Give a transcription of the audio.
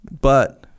but-